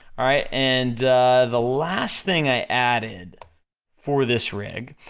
alright, and the last thing i added for this rig,